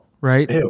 Right